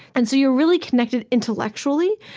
and so you're really connected intellectually,